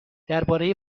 درباره